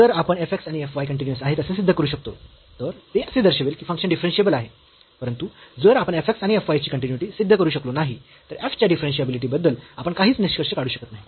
जर आपण f x आणि f y कन्टीन्यूअस आहेत असे सिद्ध करू शकतो तर ते असे दर्शवेल की फंक्शन डिफरन्शियेबल आहे परंतु जर आपण f x आणि f y ची कन्टीन्यूइटी सिद्ध करू शकलो नाही तर f च्या डिफरन्शियाबिलिटी बद्दल आपण काहीच निष्कर्ष काढू शकत नाही